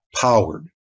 powered